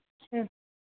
اچھا